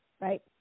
Right